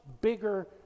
bigger